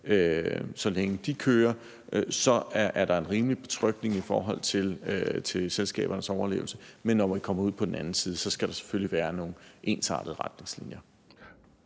så længe de kører, så er en rimelig betryggelse i forhold til selskabernes overlevelse. Men når man kommer ud på den anden side, skal der selvfølgelig være nogle ensartede retningslinjer.